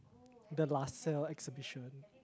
the LaSalle exhibition